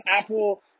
Apple